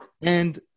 And-